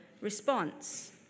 response